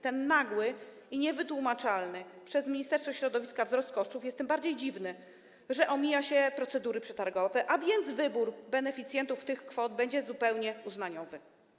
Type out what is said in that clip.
Ten nagły i niewytłumaczony przez Ministerstwo Środowiska wzrost kosztów jest tym bardziej dziwny, że omija się procedury przetargowe, a więc wybór beneficjentów tych kwot będzie zupełnie uznaniowy.